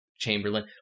chamberlain